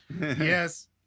Yes